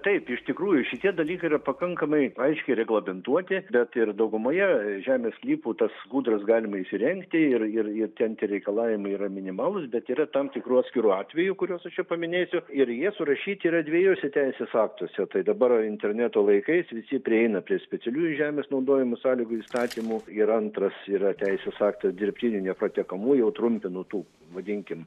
taip iš tikrųjų šitie dalykai yra pakankamai aiškiai reglamentuoti bet ir daugumoje žemės sklypų tas kūdras galima įsirengti ir ir ten tie reikalavimai yra minimalūs bet yra tam tikrų atskirų atvejų kuriuos čia paminėsiu ir jie surašyti yra dviejuose teisės aktuose tai dabar interneto laikais visi prieina prie specialiųjų žemės naudojimo sąlygų įstatymų ir antras yra teisės aktų dirbtinių nepratekamų jau trumpinu tų vadinkim